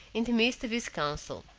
in the midst of his council.